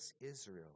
Israel